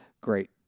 great